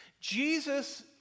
Jesus